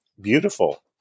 beautiful